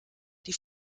die